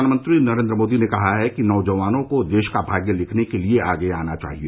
प्रधानमंत्री नरेन्द्र मोदी ने कहा है कि नौजवानों को देश का भाग्य लिखने के लिए आगे आना चाहिए